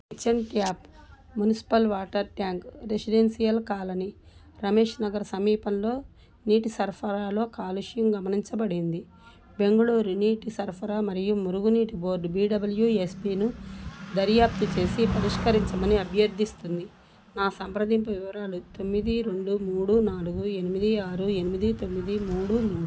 kitchen tap municipal water tank residential colony Ramesh Nagar సమీపంలో నీటి సరఫరాలో కాలుష్యం గమనించబడింది బెంగళూరు నీటి సరఫరా మరియు మురుగునీటి బోర్డు బీడబ్ల్యూఎస్పీను దర్యాప్తు చేసి పరిష్కరించమని అభ్యర్థిస్తోంది నా సంప్రదింపు వివరాలు తొమ్మిది రెండు మూడు నాలుగు ఎనిమిది ఆరు ఎనిమిది తొమ్మిది మూడు మూడు